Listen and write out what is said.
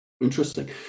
Interesting